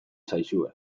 zaizue